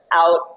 out